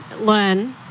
learn